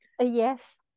Yes